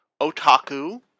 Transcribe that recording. otaku